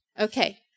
Okay